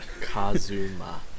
Kazuma